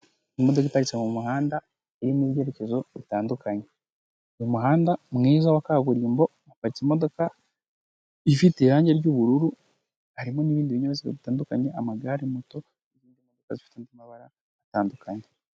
Imodoka iparitse mu muhanda iririmo ibyerekezo bitandukanye uyu umuhanda mwiza wa kaburimbo haparitse imodoka ifite irangi ry'ubururu harimo n'ibindi binyabiziga bitandukanye; amagare, moto, n'ibindi bifite amabara atandukanye.